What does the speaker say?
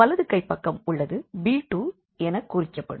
வலது கைப்பக்கம் உள்ளது b2 எனக் குறிக்கப்படும்